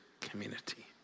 community